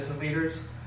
Leaders